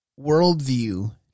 worldview